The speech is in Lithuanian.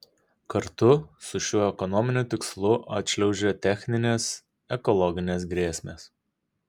kartu su šiuo ekonominiu tikslu atšliaužia techninės ekologinės grėsmės